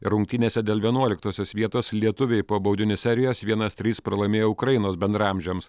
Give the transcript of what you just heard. rungtynėse dėl vienuoliktosios vietos lietuviai po baudinių serijos vienas trys pralaimėjo ukrainos bendraamžiams